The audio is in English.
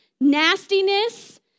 nastiness